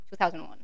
2001